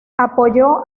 apoyó